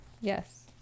Yes